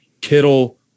Kittle